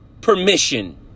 permission